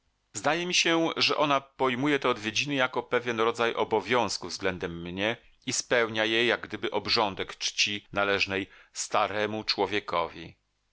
zdaje mi się że ona pojmuje te odwiedziny jako pewien rodzaj obowiązku względem mnie i spełnia je jak gdyby obrządek czci należnej staremu człowiekowi